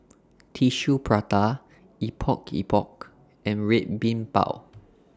Tissue Prata Epok Epok and Red Bean Bao